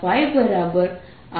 F